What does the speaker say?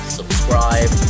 subscribe